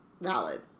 valid